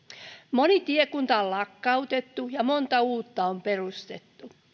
moni tiekunta on lakkautettu ja monta uutta on perustettu